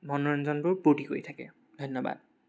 মনোৰঞ্জনবোৰ পূৰ্তি কৰি থাকে ধন্য়বাদ